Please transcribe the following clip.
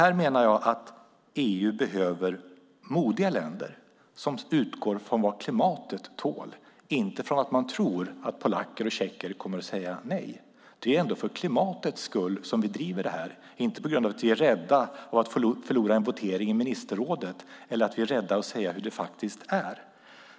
Här menar jag att EU behöver modiga länder som utgår från vad klimatet tål och inte från att man tror att polacker och tjecker kommer att säga nej. Det är ändå för klimatets skull vi driver det här och inte på grund av att vi är rädda för att förlora en votering i ministerrådet eller är rädda för att säga hur det faktiskt är.